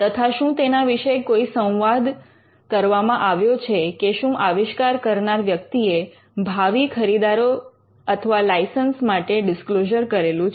તથા શું તેના વિશે કોઈ સંવાદ કરવામાં આવ્યો છે કે શું આવિષ્કાર કરનાર વ્યક્તિએ ભાવિ ખરીદારો અથવા લાઇસન્સ માટે ડિસ્ક્લોઝર કરેલું છે